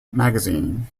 magazine